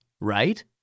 right